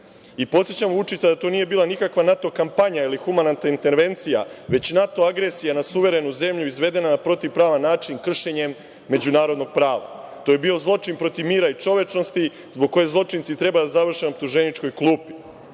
Podsećam Vučića da to nije bila nikakva NATO kampanja ili humanitarna intervencija, već NATO agresija na suverenu zemlju izvedena na protiv-pravan način kršenjem međunarodnog prava. To je bio zločin protiv mira i čovečnosti zbog kojeg zločinci treba da završe na optuženičkoj